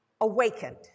awakened